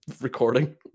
recording